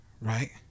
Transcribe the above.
Right